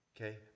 Okay